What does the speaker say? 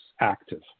active